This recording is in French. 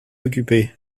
occupé